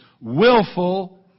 willful